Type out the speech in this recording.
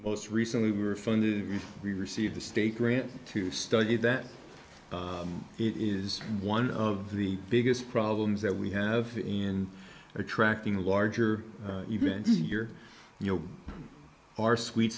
most recently were funded we receive the state grant to study that it is one of the biggest problems that we have in attracting larger even this year you know our sweet